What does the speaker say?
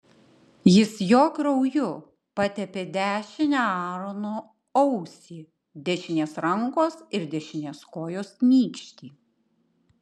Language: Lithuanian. jis jo krauju patepė dešinę aarono ausį dešinės rankos ir dešinės kojos nykštį